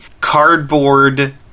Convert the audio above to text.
cardboard